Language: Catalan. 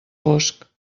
fosc